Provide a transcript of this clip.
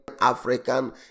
African